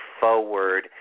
forward